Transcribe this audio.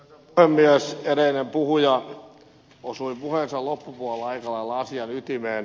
edellinen puhuja osui puheensa loppupuolella aikalailla asian ytimeen